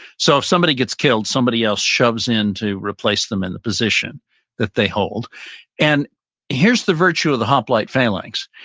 so if somebody gets killed, somebody else shoves in to replace them in the position that they hold and here's the virtue of the hoplite phalanx.